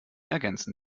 ergänzen